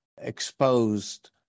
exposed